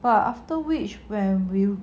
but after which when we